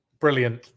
Brilliant